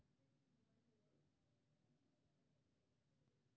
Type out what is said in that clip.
भारत सहित अनेक देश मे बैंकिंग गोपनीयता कानून छै